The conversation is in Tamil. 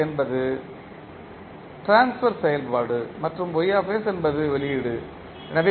என்பது ட்ரான்ஸ்பர் செயல்பாடு மற்றும் என்பது வெளியீடு எனவே